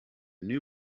new